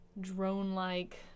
drone-like